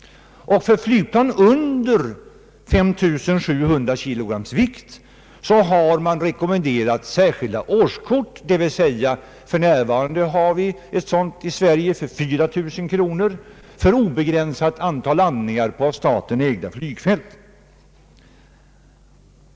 För flygplan under 5700 kg har man rekommenderat särskilda årskort, och för närvarande har vi sådana i Sverige. De kostar 4 000 kronor och gäller för obegränsat antal landningar på av staten ägda flygfält.